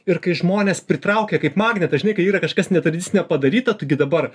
ir kai žmones pritraukia kaip magnetas žinai kai yra kažkas netradicinio padaryta tu gi dabar